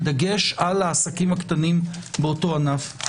בדגש על העסקים הקטנים באותו ענף.